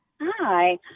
Hi